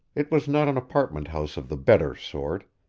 it was not an apartment house of the better sort.